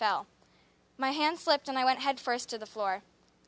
fell my hand slipped and i went head first to the floor